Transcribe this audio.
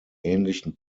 ähnlichen